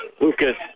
Lucas